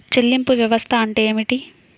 చెల్లింపు వ్యవస్థ అంటే ఏమిటి?